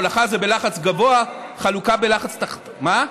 הולכה זה בלחץ גבוה, חלוקה, בלחץ, דובר ב-1,000.